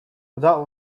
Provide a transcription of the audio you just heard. that